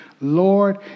Lord